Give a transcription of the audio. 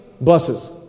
buses